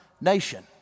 nation